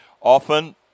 often